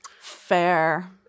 Fair